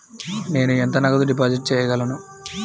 నేను ఎంత నగదు డిపాజిట్ చేయగలను?